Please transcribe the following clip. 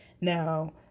Now